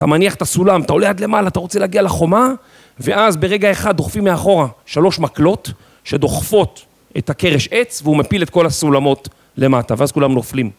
אתה מניח את הסולם, אתה עולה עד למעלה, אתה רוצה להגיע לחומה ואז ברגע אחד דוחפים מאחורה שלוש מקלות שדוחפות את הקרש עץ והוא מפיל את כל הסולמות למטה ואז כולם נופלים